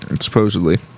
Supposedly